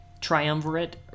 triumvirate